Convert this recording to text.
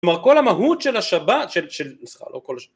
כל המהות של השבת של נוסחה לא כל השבת